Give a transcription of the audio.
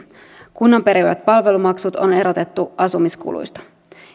kunnan perimät palvelumaksut on erotettu asumiskuluista